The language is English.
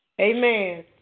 Amen